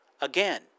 Again